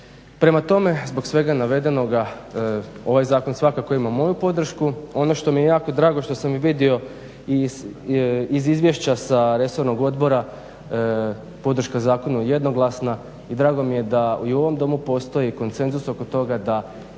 Prema tome, zbog svega navedenoga ovaj zakon svakako ima moju podršku. Ono što mi je jako drago što sam i vidio iz izvješća sa resornog odbora podrška zakonu je jednoglasna i drago mi je da i u ovom Domu postoji konsenzus oko toga da